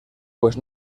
pues